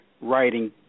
writing